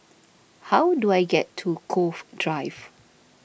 how do I get to Cove Drive